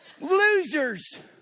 losers